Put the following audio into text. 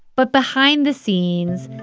but behind the scenes,